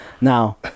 Now